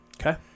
Okay